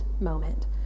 moment